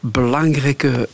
belangrijke